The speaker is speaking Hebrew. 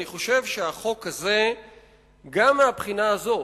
אני חושב שהחוק הזה גם מהבחינה הזאת